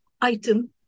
item